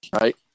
right